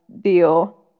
deal